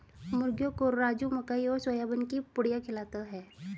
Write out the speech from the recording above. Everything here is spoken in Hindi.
मुर्गियों को राजू मकई और सोयाबीन की पुड़िया खिलाता है